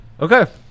Okay